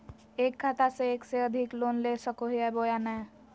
एक खाता से एक से अधिक लोन ले सको हियय बोया नय?